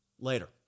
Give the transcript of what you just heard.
Later